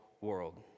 world